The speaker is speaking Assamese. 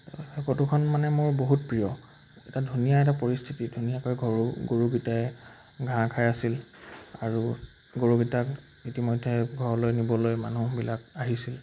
সেই ফটোখন মানে মোৰ বহুত প্ৰিয় এটা ধুনীয়া এটা পৰিস্থিতি ধুনীয়াকৈ গৰু গৰুকেইটাই ঘাঁহ খাই আছিল আৰু গৰুকেইটাক ইতিমধ্যে ঘৰলৈ নিবলৈ মানুহবিলাক আহিছিল